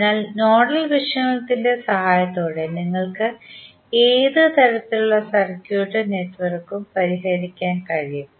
അതിനാൽ നോഡൽ വിശകലനത്തിന്റെ സഹായത്തോടെ നിങ്ങൾക്ക് ഏത് തരത്തിലുള്ള സർക്യൂട്ട് നെറ്റ്വർക്കും പരിഹരിക്കാൻ കഴിയും